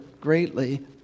greatly